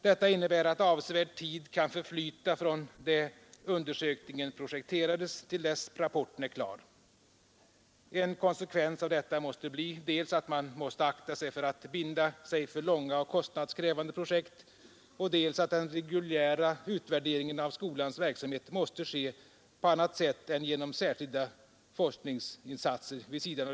Detta innebär att avsevärd tid kan förflyta från det undersökningen projekterades till dess rapporten är klar. En konsekvens av detta måste bli dels att man måste akta sig för att binda sig för långa och kostnadskrävande projekt, dels att den reguljära utvärderingen av skolans verksamhet måste ske på annat sätt än genom särskilda forskningsinsatser.